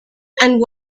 and